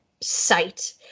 site